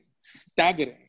staggering